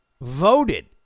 voted